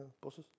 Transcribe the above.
Buses